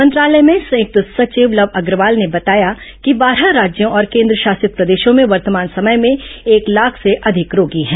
मंत्रालय में संयुक्त सचिव लव अग्रवाल ने बताया कि बारह राज्यों और केन्द्रशासित प्रदेशों में वर्तमान समय में एक लाख से अधिक रोगी हैं